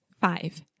Five